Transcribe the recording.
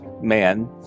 man